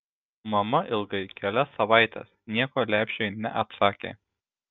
mama ilgai kelias savaites nieko lepšiui neatsakė